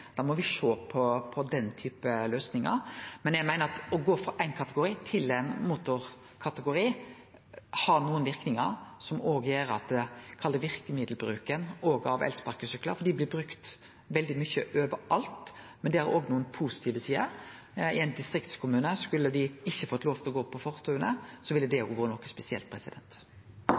Da må me sjå på den typen løysingar. Eg meiner at å gå frå ein kategori til ein motorkategori har nokre verknader for verkemiddelbruken på elsparkesyklar, som blir brukte veldig mykje overalt, men det har òg nokre positive sider. Om dei i ein distriktskommune ikkje skulle fått lov til å gå på fortaua, ville det òg vore noko spesielt.